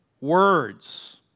Words